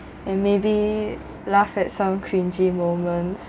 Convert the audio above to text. and maybe laugh at some cringy moment